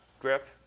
grip